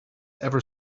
ever